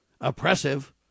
oppressive